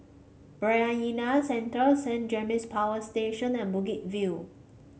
Bayanihan Centre Saint James Power Station and Bukit View